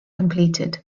completed